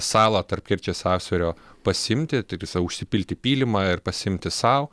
salą tarp kerčės sąsiaurio pasiimti užsipilti pylimą ir pasiimti sau